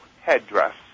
headdress